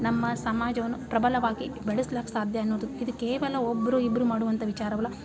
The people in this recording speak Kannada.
ನಮ್ಮ ಸಮಾಜವನ್ನು ಪ್ರಬಲವಾಗಿ ಬಳಸ್ಲಿಕ್ ಸಾಧ್ಯ ಅನ್ನೋದು ಇದು ಕೇವಲ ಒಬ್ಬರು ಇಬ್ಬರು ಮಾಡುವಂಥ ವಿಚಾರವಲ್ಲ